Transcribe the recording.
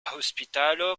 hospitalo